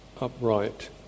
upright